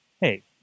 hey